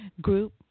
group